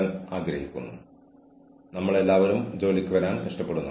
അതിനാൽ ഇത് വളരെ ബുദ്ധിമുട്ടുള്ള ഒരു സാഹചര്യമാണ്